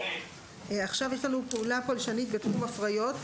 עכשיו יש לנו פעולה פולשנית בתחום הפריות,